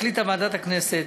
החליטה ועדת הכנסת